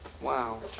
wow